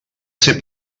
ser